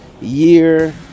year